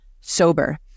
sober